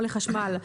מים וחשמל.